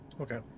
Okay